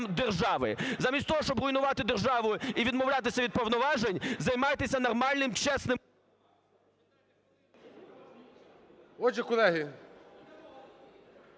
держави. Замість того, щоб руйнувати державу і відмовлятися від повноважень, займайтеся нормальним чесним... Веде